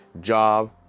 job